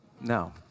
No